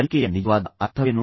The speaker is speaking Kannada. ಕಲಿಕೆಯ ನಿಜವಾದ ಅರ್ಥವೇನು